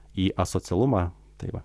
į asocialumą tai va